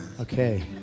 Okay